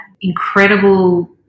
incredible